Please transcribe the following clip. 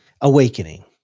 awakening